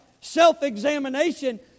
self-examination